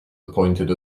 appointed